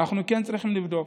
אנחנו כן צריכים לבדוק.